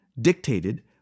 dictated